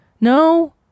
no